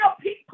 people